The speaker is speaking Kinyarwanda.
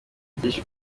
byinshi